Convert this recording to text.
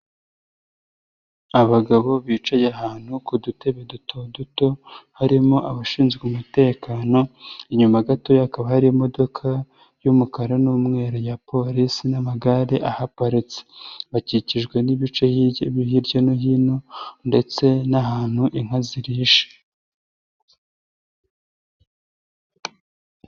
Abagabo bicaye ahantu ku dutebe duto duto harimo abashinzwe umutekano, inyuma gato hakaba hari imodoka y'umukara n'umweru ya Polisi n'amagare ahaparitse, bakikijwe n'ibice hirya no hino ndetse n'ahantu inka zirisha.